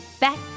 back